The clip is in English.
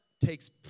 takes